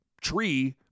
tree